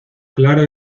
claro